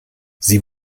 sie